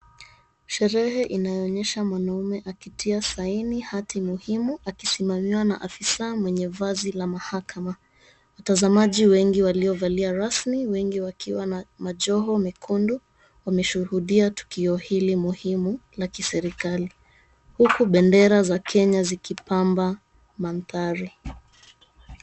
Sherehe inayoonyesha mwanaume akitia sahini hati muhimu akisimamiwa na afisa mwenye vazi la mahakama. Watazamaji wengi waliovalia rasmi, wengi wakiwa na majoho mekundu wameshuhudia tukio hili muhimu la kiserikali huku bendera za Kenya zikipamba mandhari.